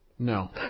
No